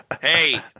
Hey